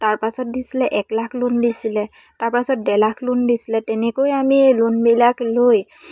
তাৰপাছত দিছিলে এক লাখ লোন দিছিলে তাৰপাছত ডেৰ লাখ লোন দিছিলে তেনেকৈ আমি লোনবিলাক লৈ